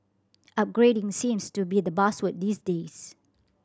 upgrading seems to be the buzzword these days